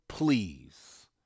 Please